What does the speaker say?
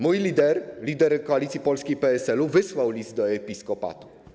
Mój lider, lider Koalicji Polskiej, PSL, wysłał list do episkopatu.